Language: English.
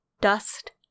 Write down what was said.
dust